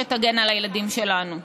שתגן על הילדים שלנו.